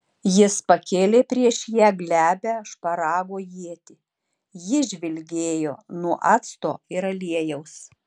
jis pakėlė prieš ją glebią šparago ietį ji žvilgėjo nuo acto ir aliejaus